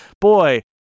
boy